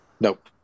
Nope